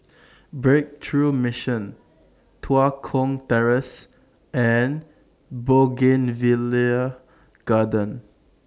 Breakthrough Mission Tua Kong Terrace and Bougainvillea Garden